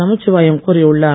நமச்சிவாயம் கூறியுள்ளார்